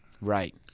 Right